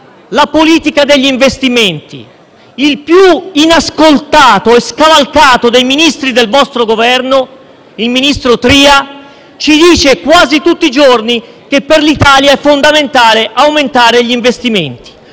la politica degli investimenti. Il più inascoltato e scavalcato dei Ministri del vostro Governo, il ministro Tria, ci dice quasi tutti i giorni che per l'Italia è fondamentale aumentare gli investimenti.